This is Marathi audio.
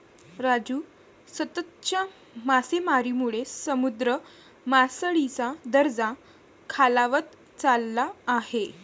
राजू, सततच्या मासेमारीमुळे समुद्र मासळीचा दर्जा खालावत चालला आहे